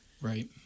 Right